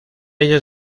ellas